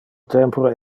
tempore